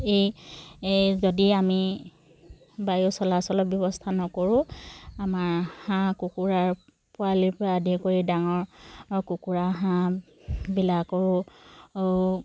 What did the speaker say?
এই যদি আমি বায়ু চলাচলৰ ব্যৱস্থা নকৰোঁ আমাৰ হাঁহ কুকুৰাৰ পোৱালিৰ পৰা আদি কৰি ডাঙৰ কুকুৰা হাঁহবিলাকো